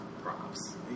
props